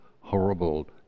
horrible